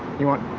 you want